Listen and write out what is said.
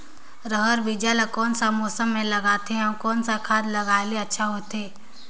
रहर बीजा ला कौन मौसम मे लगाथे अउ कौन खाद लगायेले अच्छा होथे?